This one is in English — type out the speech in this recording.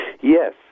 Yes